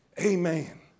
Amen